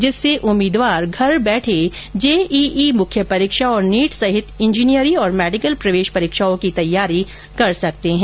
जिससे उम्मीदवार घर बैठे जेईई मुख्य परीक्षा और नीट सहित इंजीनियरी और मेडिकल प्रवेश परीक्षाओं की तैयारी कर सकते हैं